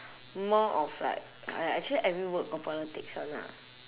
more of like !aiya! actually every work got politics one ah